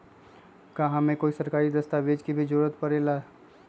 का हमे कोई सरकारी दस्तावेज के भी जरूरत परे ला?